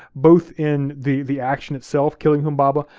both in the the action itself, killing humbaba,